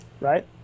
Right